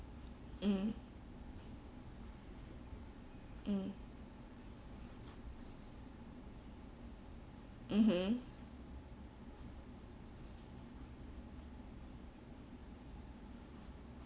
mm mm mmhmm